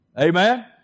Amen